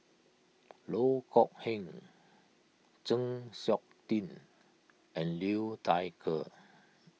Loh Kok Heng Chng Seok Tin and Liu Thai Ker